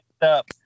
up